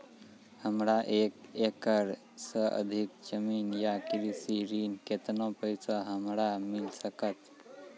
हमरा एक एकरऽ सऽ अधिक जमीन या कृषि ऋण केतना पैसा हमरा मिल सकत?